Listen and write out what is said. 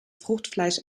fruchtfleisch